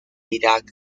irak